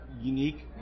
unique